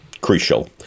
crucial